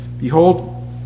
Behold